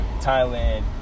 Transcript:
Thailand